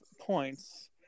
points